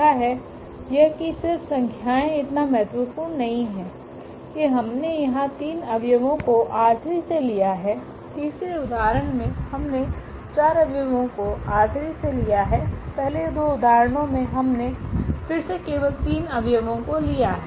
यह की सिर्फ संख्याएँ इतना महत्वपूर्ण नहीं है कि हमने यहां तीन अवयवो को ℝ3 से लिया है तीसरे उदाहरण में हमने चार अव्यवों को ℝ3 से लिया है पहले दो उदाहरणों में हमने फिर से केवल तीन अव्यवों को लिया है